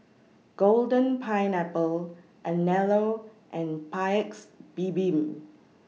Golden Pineapple Anello and Paik's Bibim